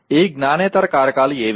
ఈ జ్ఞానేతర కారకాలు ఏవి